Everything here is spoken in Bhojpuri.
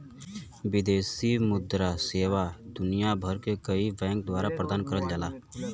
विदेशी मुद्रा सेवा दुनिया भर के कई बैंक द्वारा प्रदान करल जाला